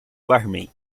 barman